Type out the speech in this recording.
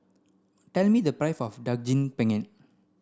tell me the price of Daging Penyet